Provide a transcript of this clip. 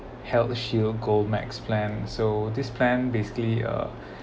healthshield gold max plan so this plan basically uh